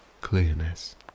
clearness